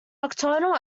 nocturnal